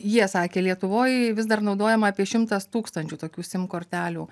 jie sakė lietuvoj vis dar naudojama apie šimtas tūkstančių tokių sim kortelių